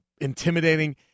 intimidating